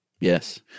Yes